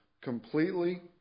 completely